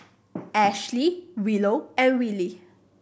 Ashley Willow and Willy